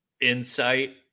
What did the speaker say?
insight